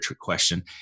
question